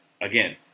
again